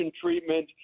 treatment